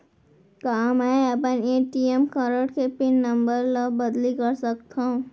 का मैं अपन ए.टी.एम कारड के पिन नम्बर ल बदली कर सकथव?